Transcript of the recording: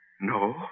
No